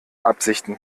absichten